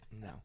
No